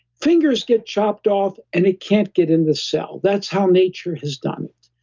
fingers get chopped off and it can't get in the cell. that's how nature has done it.